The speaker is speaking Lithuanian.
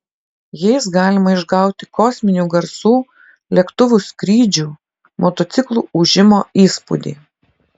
jais galima išgauti kosminių garsų lėktuvų skrydžių motociklų ūžimo įspūdį